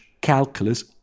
calculus